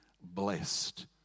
blessed